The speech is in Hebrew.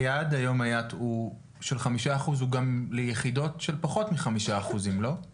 היעד של חמישה אחוז הוא גם ליחידות של פחות ממאה עובדים,